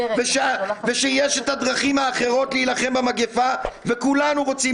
ושיש את הדרכים האחרות להילחם במגפה וכולנו רוצים